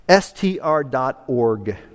STR.org